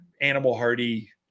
animal-hardy